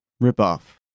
rip-off